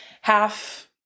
Half